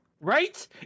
Right